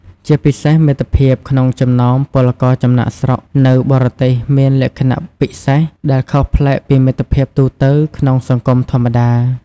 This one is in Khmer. ជាពិសេសមិត្តភាពក្នុងចំណោមពលករចំណាកស្រុកនៅបរទេសមានលក្ខណៈពិសេស ដែលខុសប្លែកពីមិត្តភាពទូទៅក្នុងសង្គមធម្មតា ។